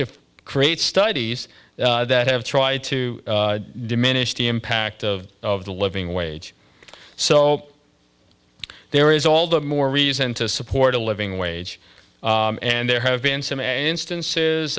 to create studies that have tried to diminish the impact of the living wage so there is all the more reason to support a living wage and there have been some instances